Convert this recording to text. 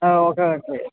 ആ okay okay